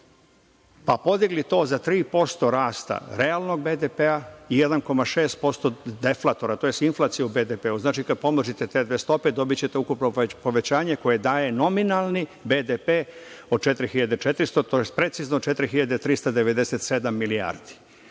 pa podigli to za 3% rasta realnog BDP i 1,6% deflatora to jest inflacija u BDP-u. Znači, kada pomnožite te dve stope dobićete ukupno povećanje koje daje nominalni BDP od 4.400, to jest precizno, 4.397 milijardi.